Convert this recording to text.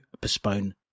postpone